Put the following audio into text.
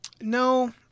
No